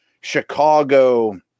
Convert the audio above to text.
Chicago